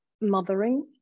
mothering